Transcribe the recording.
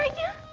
ah you